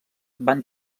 van